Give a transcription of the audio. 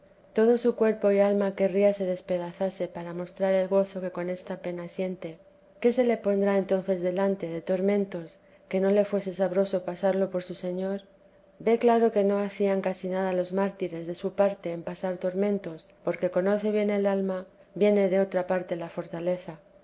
todo su cuerpo y alma querría se despedazase para mostrar el gozo que con esta pena siente qué se le pondrá entonces delante de tormentos que no le fuese sabroso pasarlo por su señor ve claro que no hacían casi nada los mártires de su parte en pasar tormentos porque conoce bien el alma viene de otra parte la fortaleza